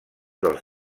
dels